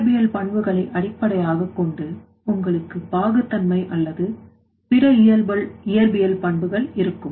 இயற்பியல் பண்புகளை அடிப்படையாகக் கொண்டு உங்களுக்கு பாகுத்தன்மை அல்லது பிற இயற்பியல் பண்புகள் இருக்கும்